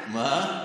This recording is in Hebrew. מה?